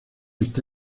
está